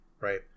right